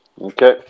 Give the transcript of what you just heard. Okay